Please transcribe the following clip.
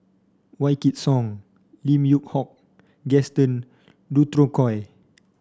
Wykidd Song Lim Yew Hock Gaston Dutronquoy